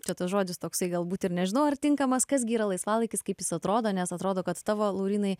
čia tas žodis toksai galbūt ir nežinau ar tinkamas kas gi yra laisvalaikis kaip jis atrodo nes atrodo kad tavo laurynai